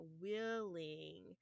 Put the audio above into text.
willing